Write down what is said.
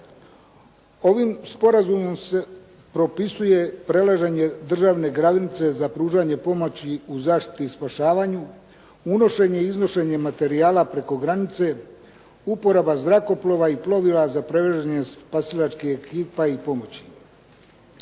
Ovim sporazumom se propisuje prelaženje državne granice za pružanje pomoći u zaštiti i spašavanju, unošenje i iznošenje materijala preko granice, uporaba zrakoplova i plovila za prelaženje spasilačkih ekipa i pomoći.